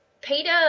Peter